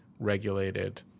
Regulated